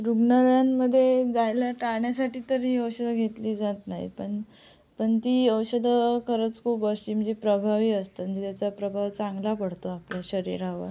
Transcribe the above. रुग्णालयांमध्ये जायला टाळण्यासाठी तरी औषधं घेतली जात नाही पण पण ती औषधं खरंच खूप गोष्टी म्हणजे प्रभावी असते म्हणजे त्याचा प्रभाव चांगला पडतो आपल्या शरीरावर